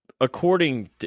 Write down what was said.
according